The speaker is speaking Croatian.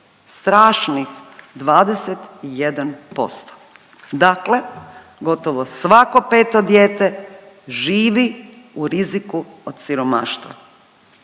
strašnih 21% Dakle gotovo svako 5. dijete živi u riziku od siromaštva.